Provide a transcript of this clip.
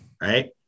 right